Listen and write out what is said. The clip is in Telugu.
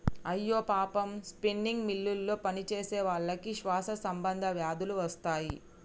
అయ్యో పాపం స్పిన్నింగ్ మిల్లులో పనిచేసేవాళ్ళకి శ్వాస సంబంధ వ్యాధులు వస్తాయి